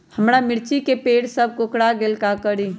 हमारा मिर्ची के पेड़ सब कोकरा गेल का करी?